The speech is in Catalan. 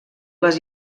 les